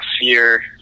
fear